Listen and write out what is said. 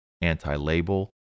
anti-label